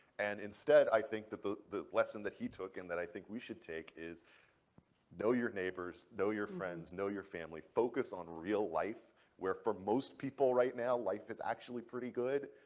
and instead, i think that the the lesson that he took, and that i think we should take is know your neighbors. know your friends. know your family. focus on real life where for most people right now, life is actually pretty good.